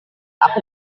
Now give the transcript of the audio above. aku